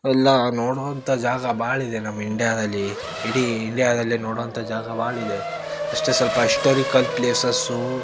ಎಲ್ಲ ನೋಡುವಂಥ ಜಾಗ ಭಾಳ ಇದೆ ನಮ್ಮ ಇಂಡ್ಯಾದಲ್ಲಿ ಇಡೀ ಇಂಡ್ಯಾದಲ್ಲೇ ನೋಡುವಂಥ ಜಾಗ ಭಾಳ ಇದೆ ಅಷ್ಟೇ ಸ್ವಲ್ಪ ಹಿಸ್ಟೊರಿಕಲ್ ಪ್ಲೇಸಸ್ಸೂ